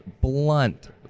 Blunt